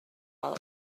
while